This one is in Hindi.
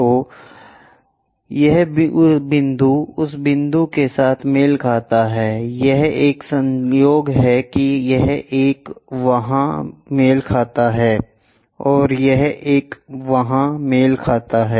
तो यह बिंदु उस बिंदु के साथ मेल खाता है यह एक संयोग है कि यह एक वहाँ मेल खाता है और यह एक वहाँ मेल खाता है